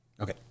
Okay